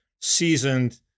seasoned